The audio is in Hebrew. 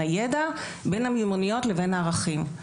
הידע לבין המיומנויות ולבין הערכים.